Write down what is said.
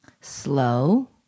Slow